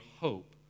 hope